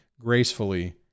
gracefully